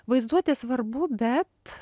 vaizduotė svarbu bet